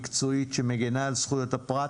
מקצועית שמגינה על זכויות הפרט.